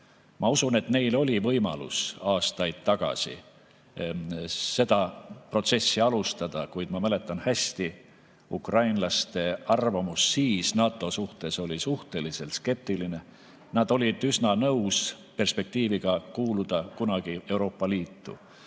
Ma usun, et neil oli võimalus aastaid tagasi seda protsessi alustada, kuid ma mäletan hästi, et ukrainlaste arvamus NATO suhtes oli siis suhteliselt skeptiline. Nad olid üsna nõus perspektiiviga kuuluda kunagi Euroopa Liitu.